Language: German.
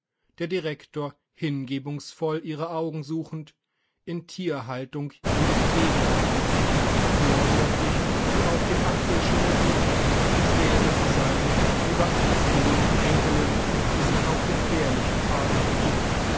der direktor hingebungsvoll ihre augen suchend in tierhaltung ihr entgegenatmet vorsorglich sie auf den apfelschimmel hebt als wäre sie seine über alles geliebte enkelin die sich auf gefährliche fahrt begibt